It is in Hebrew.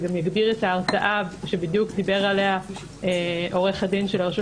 גם יגביר את ההרתעה שדיבר עליה עו"ד הרשות